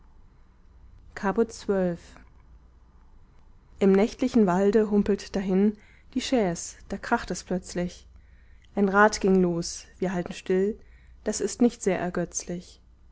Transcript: caput xii im nächtlichen walde humpelt dahin die chaise da kracht es plötzlich ein rad ging los wir halten still das ist nicht sehr ergötzlich